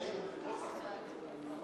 ואין שום ויכוח.